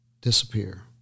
disappear